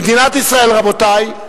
במדינת ישראל, רבותי,